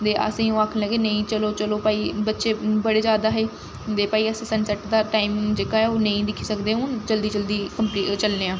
ते असें गी ओह् आखन लगे नेईं चलो चलो भाई बच्चे बड़े जैदा हे ते भाई असें सन सैट्ट दा टाइम जेह्का ऐ ओह् नेईं दिक्खी सकदे ते हून जल्दी जल्दी कम्पली चलने आं